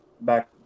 back